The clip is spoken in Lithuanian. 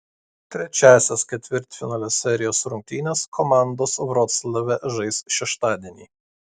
trečiąsias ketvirtfinalio serijos rungtynes komandos vroclave žais šeštadienį